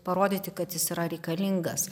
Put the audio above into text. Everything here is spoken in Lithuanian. parodyti kad jis yra reikalingas